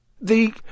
The